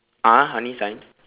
ah honey sign